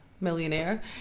millionaire